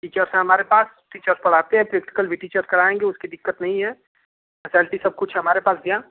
teachers हैं हमारे साथ टीचर पढ़ाते हैं प्रैक्टिकल भी टीचर्स करायेंगे उसकी दिक्कत नहीं है फसेलटी सब कुछ है हमारे पास भैया